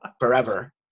forever